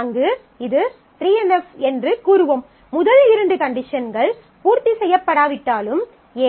அங்கு இது 3 NF என்று கூறுவோம் முதல் இரண்டு கண்டிஷன்கள் பூர்த்தி செய்யப்படாவிட்டாலும்